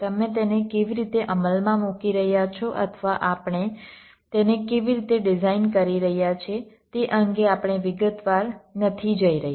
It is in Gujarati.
તમે તેને કેવી રીતે અમલમાં મૂકી રહ્યા છો અથવા આપણે તેને કેવી રીતે ડિઝાઇન કરી રહ્યા છીએ તે અંગે આપણે વિગતવાર નથી જઈ રહ્યા